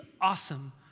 awesome